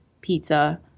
pizza